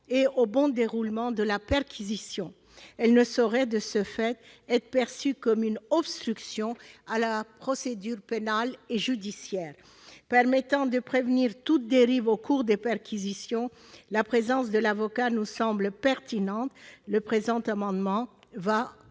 et au bon déroulement de la perquisition. Elle ne saurait de ce fait être perçue comme une obstruction à la procédure pénale et judiciaire. Permettant de prévenir toute dérive au cours des perquisitions, la présence de l'avocat nous semble pertinente. Le présent amendement va